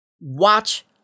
Watch